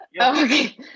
Okay